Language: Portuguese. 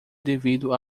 devido